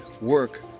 work